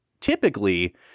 typically –